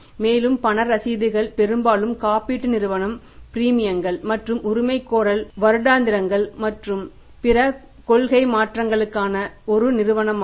மேலும் பண ரசீதுகள் பெரும்பாலும் காப்பீட்டு நிறுவனம் பிரீமியங்கள் மற்றும் உரிமைகோரல் வருடாந்திரங்கள் மற்றும் பிற கொள்கை நன்மைகளுக்கான ஒரு நிறுவனமாகும்